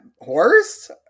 horse